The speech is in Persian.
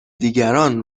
دیگران